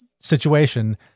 situation